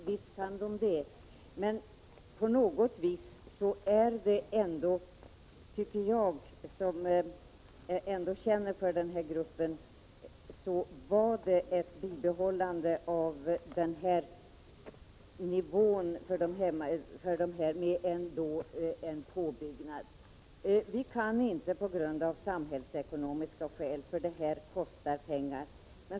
29 april 1986 Jag känner ändå för den här gruppen och tycker att ett bibehållande av den här nivån för hemmamakesjukpenningen med möjlighet till påbyggnad ändå skulle vara bra. Vi kan inte, på grund av samhällsekonomin, genomföra det. Det här kostar ju pengar.